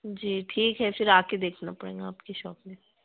जी ठीक है फ़िर आकर देखना पड़ेन्गा आपकी शॉप में